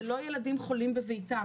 אלה לא ילדים חולים בביתם,